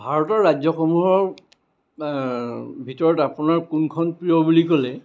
ভাৰতৰ ৰাজ্য়সমূহৰ ভিতৰত আপোনাৰ কোনখন প্ৰিয় বুলি ক'লে